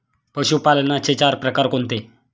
पशुपालनाचे चार प्रकार कोणते?